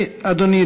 כן, אדוני.